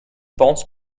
pense